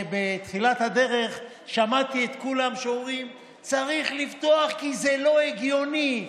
בתחילת הדרך שמעתי את כולם אומרים: צריך לפתוח כי זה לא הגיוני,